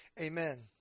Amen